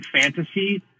fantasy